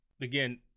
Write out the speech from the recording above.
again